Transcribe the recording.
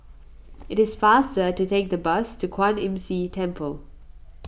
it is faster to take the bus to Kwan Imm See Temple